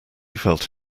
felt